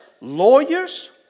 lawyers